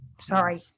Sorry